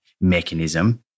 mechanism